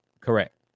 correct